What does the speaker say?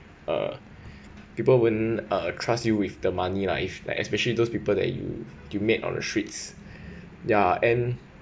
uh people won't uh trust you with the money lah if like especially those people that you you met on the streets ya and